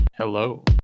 Hello